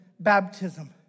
Baptism